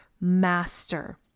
master